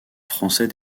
français